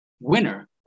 winner